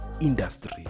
industry